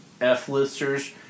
F-listers